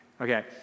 Okay